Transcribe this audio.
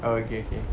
oh okay okay